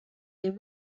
est